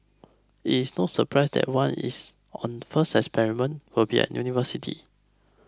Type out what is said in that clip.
it is no surprise that one is on the first experiment will be at university